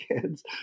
kids